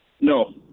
No